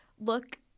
look